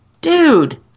dude